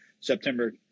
september